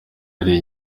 hari